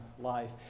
life